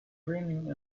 drilling